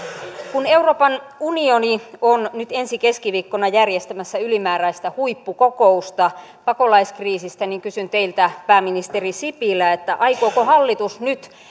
kun euroopan unioni on nyt ensi keskiviikkona järjestämässä ylimääräistä huippukokousta pakolaiskriisistä kysyn teiltä pääministeri sipilä aikooko hallitus nyt